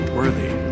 worthy